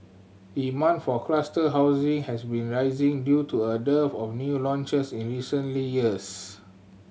demand for cluster housing has been rising due to a dearth of new launches in recently years